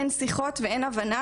אין שיחות ואין הבנה.